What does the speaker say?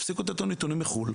תפסיקו לתת לנו נתונים מחו"ל,